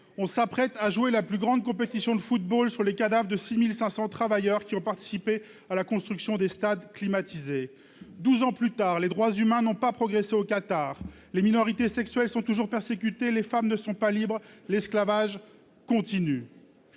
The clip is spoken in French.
on s'apprête à jouer la plus grande compétition de football sur les cadavres de 6 500 travailleurs qui ont participé à la construction de stades climatisés. Douze ans plus tard, les droits humains n'ont pas progressé au Qatar, les minorités sexuelles sont toujours persécutées, les femmes ne sont pas libres et l'esclavage continue.